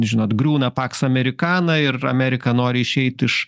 žinot griūna paks amerikana ir amerika nori išeit iš